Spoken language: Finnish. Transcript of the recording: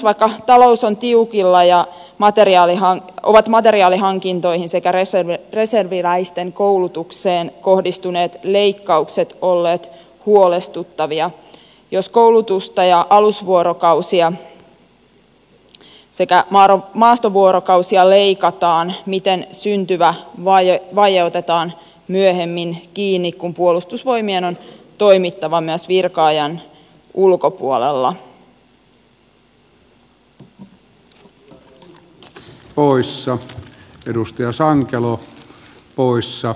vaikka talous on tiukilla ja materiaalihankintoihin sekä reserviläisten koulutukseen kohdistuneet leikkaukset ovat olleet huolestuttavia niin jos koulutusta ja alusvuorokausia sekä maastovuorokausia leikataan miten syntyvä vaje otetaan myöhemmin kiinni kun puolustusvoimien on toimittava myös virka ajan ulkopuolella